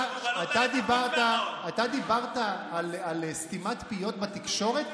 אתה דיברת על סתימת פיות בתקשורת.